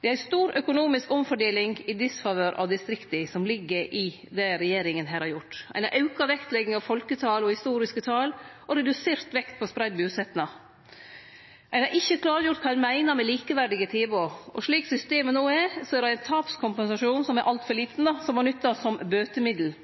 Det er ei stor økonomisk omfordeling i disfavør av distrikta som ligg i det regjeringa her har gjort. Ein har auka vektlegginga av folketal og historiske tal og redusert vektlegginga av spreidd busetnad. Ein har ikkje klargjort kva ein meiner med likeverdige tilbod. Og slik systemet er no, er det ein tapskompensasjon som er altfor liten, som vert nytta som bøtemiddel.